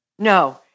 No